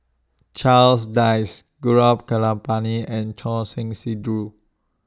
Charles Dyce Gaurav Kripalani and Choor Singh Sidhu